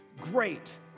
great